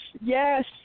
yes